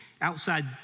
outside